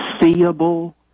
seeable